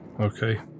okay